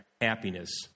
happiness